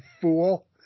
fool